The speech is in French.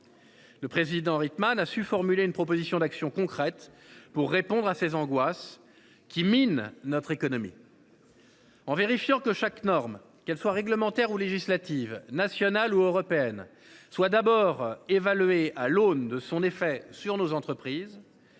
Le président Rietmann a su formuler une proposition d’action concrète pour répondre à ces angoisses qui minent notre économie. En demandant que chaque norme, réglementaire ou législative, nationale ou européenne, soit d’abord évaluée à l’aune de ses effets sur nos entreprises,